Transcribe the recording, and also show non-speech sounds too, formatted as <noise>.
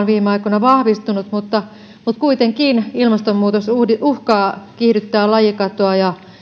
<unintelligible> viime aikoina vahvistunut mutta mutta kuitenkin ilmastonmuutos uhkaa kiihdyttää lajikatoa ja